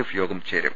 F യോഗം ചേരും